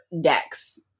decks